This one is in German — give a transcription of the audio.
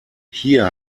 hier